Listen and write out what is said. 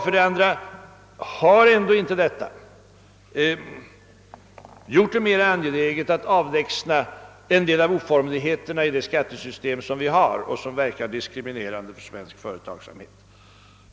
För det andra: Har ändå inte situationen gjort det mera angeläget att avlägsna en del av de oformligheter i det nuvarande skattesystemet som verkar diskriminerande på svensk företagsam het?